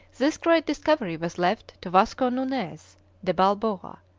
this great discovery was left to vasco nunez de balboa,